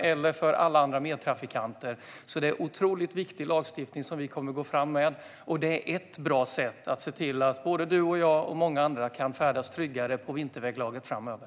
Det här en viktig lagstiftning, och det är ett bra sätt att se till att alla kan färdas tryggare på vinterväglaget framöver.